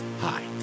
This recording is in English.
Hi